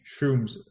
shrooms